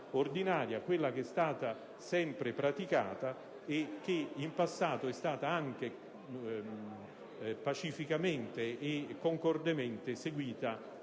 ordinaria, quella che è stata sempre praticata e che in passato è stata anche pacificamente e concordemente seguita